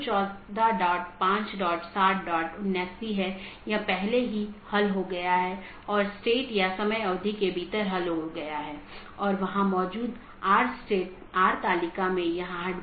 अगर हम पिछले व्याख्यान या उससे पिछले व्याख्यान में देखें तो हमने चर्चा की थी